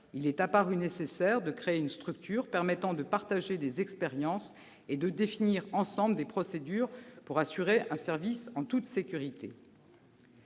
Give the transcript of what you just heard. il est apparu nécessaire de créer une structure permettant de partager les expériences et de définir ensemble des procédures pour assurer un service en toute sécurité.